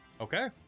okay